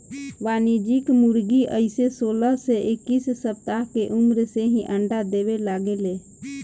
वाणिज्यिक मुर्गी अइसे सोलह से इक्कीस सप्ताह के उम्र से ही अंडा देवे लागे ले